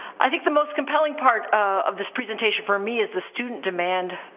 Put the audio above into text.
i think the most compelling part of this presentation, for me, is the student demand,